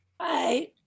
Hi